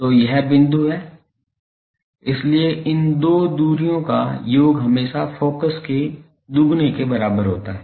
तो यह बिंदु है इसलिए इन दो दूरियों का योग हमेशा फोकस के दोगुने के बराबर होता है